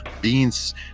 Beans